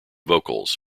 vocals